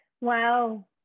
Wow